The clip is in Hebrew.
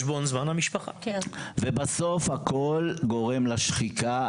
ובסוף הכול גורם לשחיקה,